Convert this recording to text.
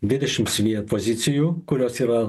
dvidešims vien pozicijų kurios yra